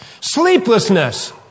Sleeplessness